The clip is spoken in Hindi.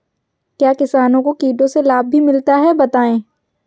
क्या किसानों को कीटों से लाभ भी मिलता है बताएँ?